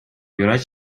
юрать